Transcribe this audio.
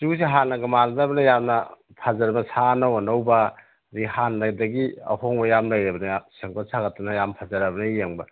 ꯖꯨꯁꯦ ꯍꯥꯟꯅꯒ ꯃꯥꯟꯅꯗꯕꯅꯦ ꯌꯥꯝꯅ ꯐꯖꯔꯕ ꯁꯥ ꯑꯅꯧ ꯑꯅꯧꯕ ꯑꯗꯒꯤ ꯍꯥꯟꯅꯗꯒꯤ ꯑꯍꯣꯡꯕ ꯌꯥꯝꯅ ꯂꯩꯔꯕꯅꯦ ꯁꯦꯝꯒꯠ ꯁꯥꯒꯠꯇꯅ ꯌꯥꯝ ꯐꯖꯔꯕꯅꯦ ꯌꯦꯡꯕ